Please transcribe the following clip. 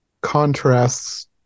contrasts